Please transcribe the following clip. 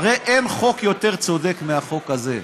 הרי אין חוק יותר צודק מהחוק הזה.